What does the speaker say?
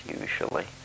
usually